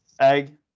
Egg